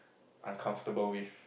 uncomfortable with